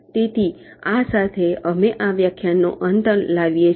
તેથી આ સાથે અમે આ વ્યાખ્યાનનો અંત લાવીએ છીએ